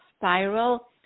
spiral